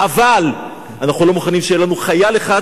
הבאה, אבל אנחנו לא מוכנים שיהיה לנו חייל אחד